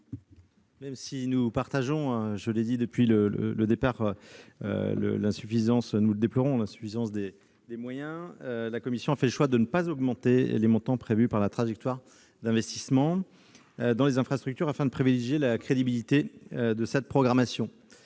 Même si elle déplore elle aussi l'insuffisance des moyens, la commission a fait le choix de ne pas augmenter les montants prévus par la trajectoire d'investissements dans les infrastructures, afin de privilégier la crédibilité de cette programmation.